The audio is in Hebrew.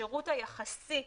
השירות היחסי,